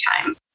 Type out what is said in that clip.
time